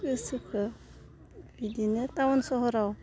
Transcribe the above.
गोसोखौ बिदिनो टाउन सहराव